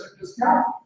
discount